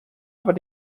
aber